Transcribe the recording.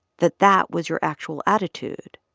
that that was your actual attitude